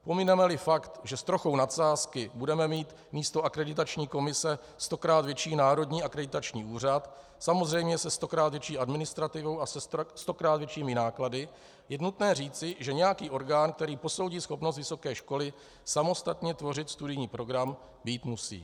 Pominemeli fakt, že s trochou nadsázky budeme mít místo Akreditační komise stokrát větší Národní akreditační úřad, samozřejmě se stokrát větší administrativou a se stokrát většími náklady, je nutné říci, že nějaký orgán, který posoudí schopnost vysoké školy samostatně tvořit studijní program, být musí.